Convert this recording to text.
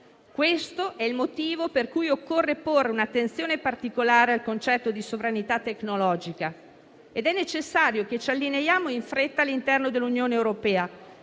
Questo è il motivo per cui occorre porre un'attenzione particolare al concetto di sovranità tecnologica ed è necessario che ci allineiamo in fretta all'interno dell'Unione europea,